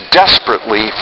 desperately